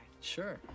Sure